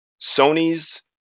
Sony's